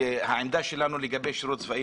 העמדה שלנו לגבי שירות צבאי,